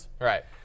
Right